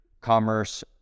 commerce